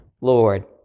Lord